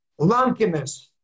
lankiness